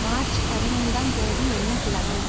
March பதினைந்தாம் தேதி என்ன கிழமை